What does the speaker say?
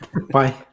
Bye